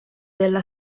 della